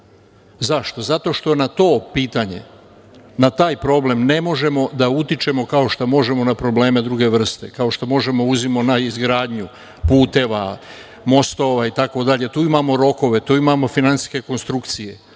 Zato što na to pitanje, na taj problem ne možemo da utičemo, kao što možemo da utičemo na probleme druge vrste, kao što možemo, uzmimo na izgradnju puteva, mostova itd, tu imamo rokove, tu imamo finansijske konstrukcije,